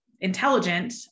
intelligent